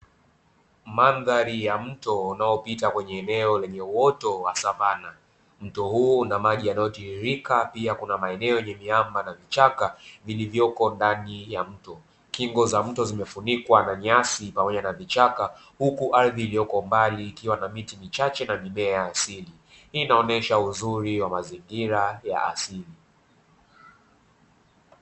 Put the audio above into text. Mandhari ya mto unaopita kwenye eneo lenye uote wa savana mto huu na maji yanayotiririka pia kuna maeneo yenye miamba na vichaka vilivyoko ndani ya mto, kingo za mto zimefunikwa na nyasi pamoja na vichaka huku ardhi iliyoko mbali ikiwa na miti michache na mimea asili inaonyesha uzuri wa mazingira ya asili.